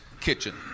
kitchen